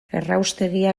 erraustegia